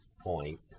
point